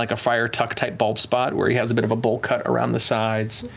like a friar tuck type bald spot, where he has a bit of a bowl cut around the sides.